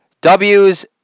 W's